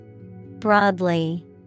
Broadly